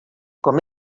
com